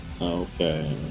Okay